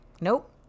Nope